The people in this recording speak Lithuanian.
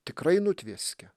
tikrai nutvieskia